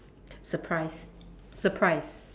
surprise surprise